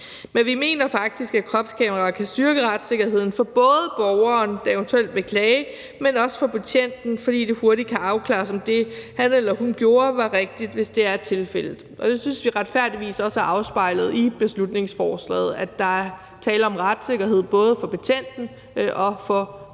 Men vi mener faktisk, af kropskameraer kan styrke retssikkerheden både for borgeren, der eventuelt vil klage, men også for betjenten, fordi det hurtigt kan afklares, om det, han eller hun gjorde, var rigtigt, hvis det er tilfældet. Det synes vi retfærdigvis også er afspejlet i beslutningsforslaget, altså at der er tale om retssikkerhed både for betjenten og for borgeren.